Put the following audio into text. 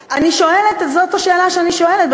אני שואלת, זאת השאלה שאני שואלת.